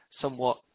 somewhat